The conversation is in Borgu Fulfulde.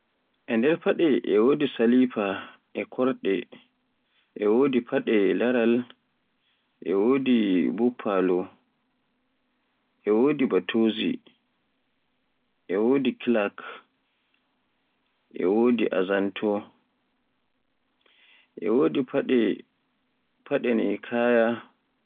E nde faɗe e wodi salifa, e wodi korɗe, e wodi faɗe laaeal, e wodi buffalo, e wodi battozi, e wodi Clark, e wodi azanto, e wodi faɗe _faɗe ni Kaya.